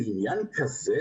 בעניין כזה,